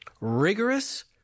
rigorous